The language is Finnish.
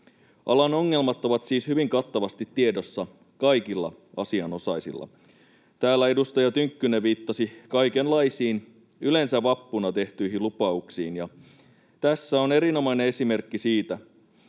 Alan ongelmat ovat siis hyvin kattavasti tiedossa kaikilla asianosaisilla. Täällä edustaja Tynkkynen viittasi kaikenlaisiin, yleensä vappuna tehtyihin lupauksiin, ja tässä on erinomainen esimerkki siitä.